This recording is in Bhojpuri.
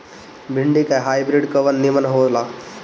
भिन्डी के हाइब्रिड कवन नीमन हो ला?